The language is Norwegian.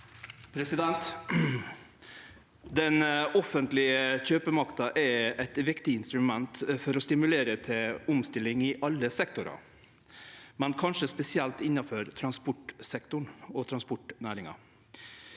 Den offentlege kjø- pemakta er eit viktig instrument for å stimulere til om stilling i alle sektorar, kanskje spesielt innanfor transportsektoren og transportnæringa.